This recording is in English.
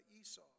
Esau